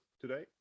today